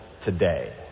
today